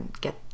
get